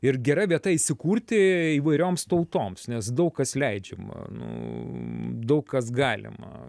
ir gera vieta įsikurti įvairioms tautoms nes daug kas leidžiama nu daug kas galima